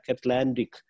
Atlantic